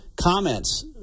comments –